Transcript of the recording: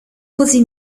così